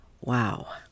wow